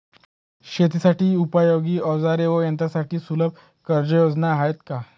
शेतीसाठी उपयोगी औजारे व यंत्रासाठी सुलभ कर्जयोजना आहेत का?